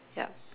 ya